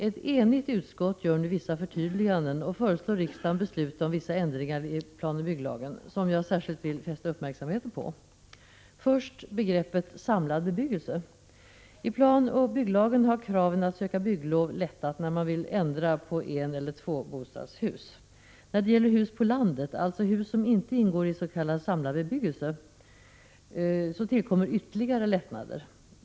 Ett enigt utskott gör nu vissa förtydliganden och föreslår riksdagen besluta om vissa ändringar i planoch bygglagen som jag särskilt vill fästa uppmärksamheten på. Först några ord om begreppet samlad bebyggelse. I planoch bygglagen har kraven att söka bygglov lättat när man vill ändra på eneller tvåbostadshus. När det gäller hus på landet, alltså hus som inte ingår i s.k. samlad bebyggelse tillkommer ytterligare lättnader.